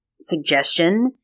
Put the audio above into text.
suggestion